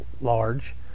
large